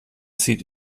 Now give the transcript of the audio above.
zieht